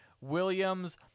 Williams